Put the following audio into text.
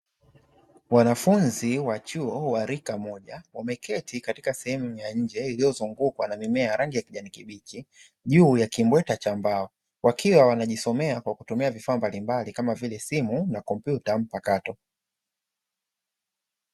Wanafunzi wa chuo wa rika moja, wameketi katika sehemu ya nje iliyozungukwa na mimea ya rangi ya kijani kibichi juu ya kimbweta cha mbao, wakiwa wanajisomea kwa kutumia vifaa mbalimbali, kama vile simu na kompyuta mpakato.